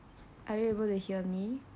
are you able to hear me